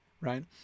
right